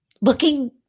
looking